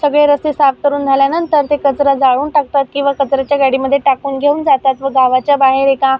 सगळे रस्ते साफ करून झाल्यानंतर ते कचरा जाळून टाकतात किंवा कचऱ्याच्या गाडीमध्ये टाकून घेऊन जातात व गावाच्या बाहेर एका